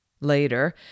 Later